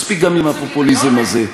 מספיק גם עם הפופוליזם הזה.